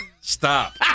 Stop